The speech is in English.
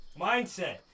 Mindset